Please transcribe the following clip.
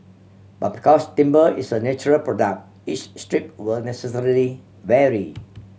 but because timber is a natural product each strip will necessarily vary